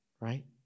right